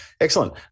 excellent